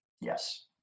Yes